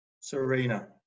Serena